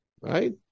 right